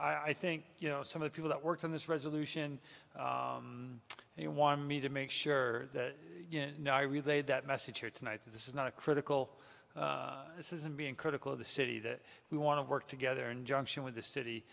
i think you know some of the people that work on this resolution and you want me to make sure you know i relayed that message here tonight this is not a critical this isn't being critical of the city that we want to work together in junction with the